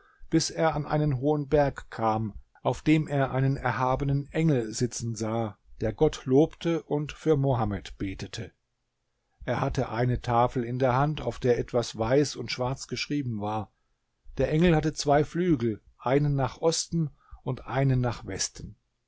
bis er an einen hohen berg kam auf dem er einen erhabenen engel sitzen sah der gott lobte und für mohammed betete er hatte eine tafel in der hand auf der etwas weiß und schwarz geschrieben war der engel hatte zwei flügel einen nach osten und einen nach westen